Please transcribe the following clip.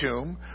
tomb